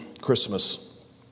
Christmas